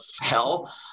hell